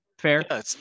Fair